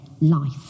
life